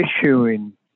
issuing